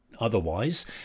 Otherwise